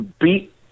beat